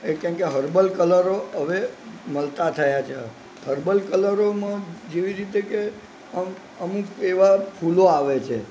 કેમ કે હર્બલ કલરો હવે મળતા થયા છે હરબલ કલરોમાં જેવી રીતે કે અમુક એવાં ફૂલો આવે છે